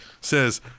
says